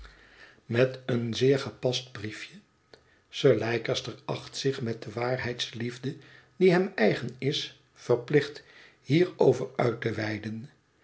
met een zeer gepast briefje sir leicester acht zich met de waarheidsliefde die hem eigen is verplicht hierover uit te weiden